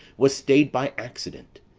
was stay'd by accident,